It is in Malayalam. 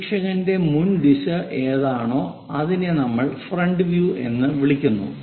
നിരീക്ഷകന്റെ മുൻ ദിശ എന്താണോ അതിനെ നമ്മൾ ഫ്രണ്ട് വ്യൂ എന്ന് വിളിക്കുന്നു